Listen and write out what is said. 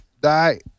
die